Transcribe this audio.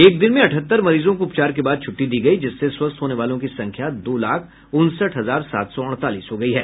एक दिन में अठहत्तर मरीजों को उपचार के बाद छुट्टी दी गई जिससे स्वस्थ होने वालों की संख्या दो लाख उनसठ हजार सात सौ अड़तालीस हो गई है